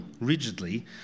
rigidly